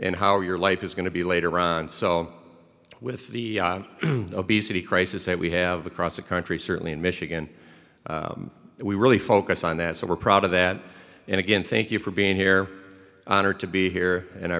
in how your life is going to be later on cell with the obesity crisis that we have across the country certainly in michigan we really focus on that so we're proud of that and again thank you for being here honored to be here and i